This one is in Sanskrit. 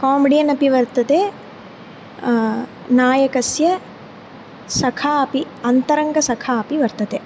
कामिडियन् अपि वर्तते नायकस्य सखा अपि अन्तरङ्गसखा अपि वर्तते